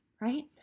right